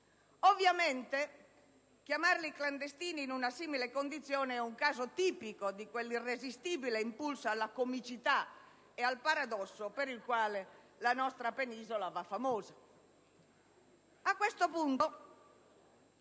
Ovviamente, chiamarli clandestini, in una simile condizione, è un caso tipico di quell'irresistibile impulso alla comicità e al paradosso per il quale la nostra penisola è famosa.